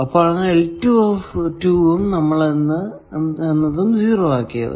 അപ്പോൾ എന്നതും 0 ആണ്